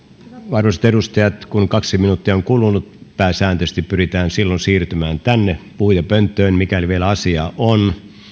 arvoisat edustajat kun kaksi minuuttia on kulunut pääsääntöisesti pyritään silloin siirtymään tänne puhujapönttöön mikäli vielä asiaa on